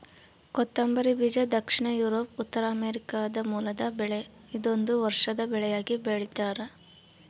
ಕೊತ್ತಂಬರಿ ಬೀಜ ದಕ್ಷಿಣ ಯೂರೋಪ್ ಉತ್ತರಾಮೆರಿಕಾದ ಮೂಲದ ಬೆಳೆ ಇದೊಂದು ವರ್ಷದ ಬೆಳೆಯಾಗಿ ಬೆಳ್ತ್ಯಾರ